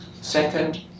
Second